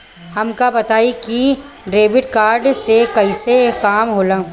हमका बताई कि डेबिट कार्ड से कईसे काम होला?